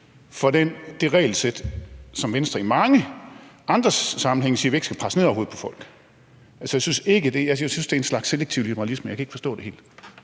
for det regelsæt, som Venstre i mange andre sammenhænge siger at vi ikke skal presse ned over hovedet på folk, synes jeg er en slags selektiv liberalisme. Jeg kan ikke helt forstå det. Kl.